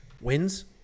wins